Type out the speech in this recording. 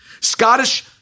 Scottish